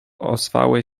ozwały